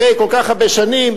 אחרי כל כך הרבה שנים,